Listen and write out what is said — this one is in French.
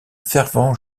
fervent